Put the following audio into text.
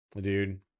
Dude